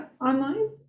online